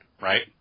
right